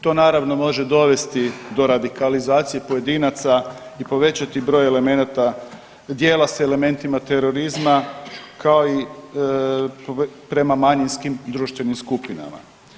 To naravno može dovesti do radikalizacije pojedinaca i povećati broj elemenata, dijela s elementima terorizma kao i prema manjinskim društvenim skupinama.